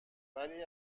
ولی